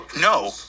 no